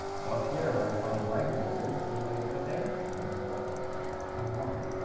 so up here, when i find microliters, what am i going to put there? i'm going to put a one.